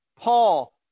Paul